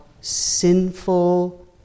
sinful